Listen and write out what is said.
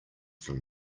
from